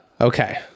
okay